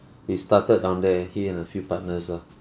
he started down there he and a few partners ah